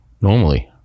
normally